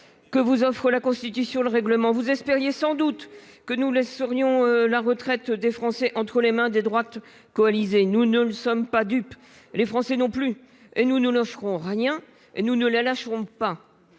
que vous offrent la Constitution et le règlement du Sénat. Vous espériez sans doute que nous vous laisserions la retraite des Français entre les mains des droites coalisées. Nous ne sommes pas dupes, les Français non plus. Nous ne lâcherons rien jusqu'au terme de